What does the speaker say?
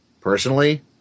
personally